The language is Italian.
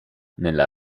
nella